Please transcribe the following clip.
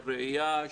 של ראייה,